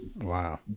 Wow